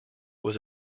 was